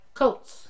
coats